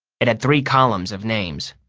it had three columns of names.